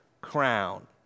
crown